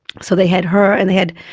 so they had her and they had,